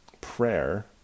Prayer